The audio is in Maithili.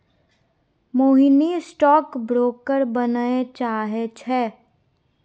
मोहिनी स्टॉक ब्रोकर बनय चाहै छै